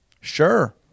Sure